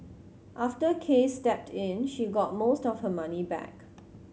after Case stepped in she got most of her money back